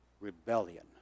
rebellion